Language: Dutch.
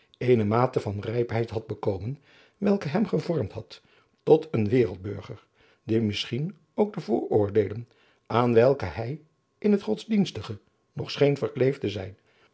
van maurits lijnslager bekomen welke hem gevormd had tot een wereldburger die misschien ook de vooroordeelen aan welke hij in het godsdienstige nog scheen verkleefd te zijn